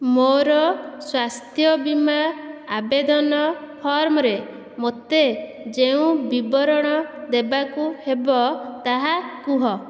ମୋର ସ୍ଵାସ୍ଥ୍ୟ ବୀମା ଆବେଦନ ଫର୍ମରେ ମୋତେ ଯେଉଁ ବିବରଣ ଦେବାକୁ ହେବ ତାହା କୁହ